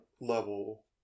level